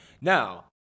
Now